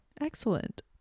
Excellent